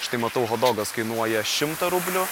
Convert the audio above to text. štai matau hotdogas kainuoja šimtą rublių